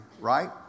right